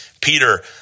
Peter